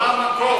מה המקור?